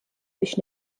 biex